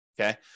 Okay